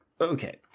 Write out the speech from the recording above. okay